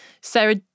Sarah